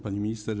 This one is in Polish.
Pani Minister!